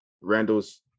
Randall's